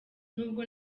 n’ubwo